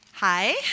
Hi